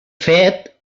fet